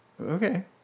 Okay